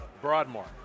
Broadmoor